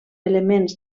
elements